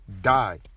die